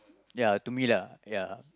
ya to me lah ya